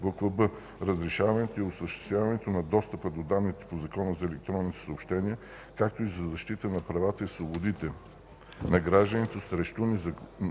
б) разрешаването и осъществяването на достъпа до данните по Закона за електронните съобщения, както и за защита на правата и свободите на гражданите срещу